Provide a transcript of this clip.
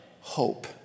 hope